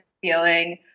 feeling